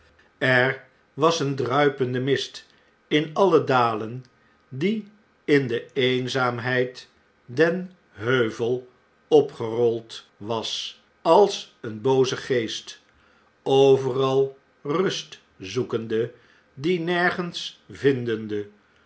er was een druipende mist in alle dalen die in de eenzaamheid den heuvel opgerold was als een booze geest overal rust zoekende en die nergens vindende